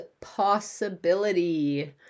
possibility